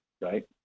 Right